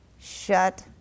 shut